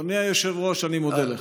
אדוני היושב-ראש, אני מודה לך.